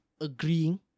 agreeing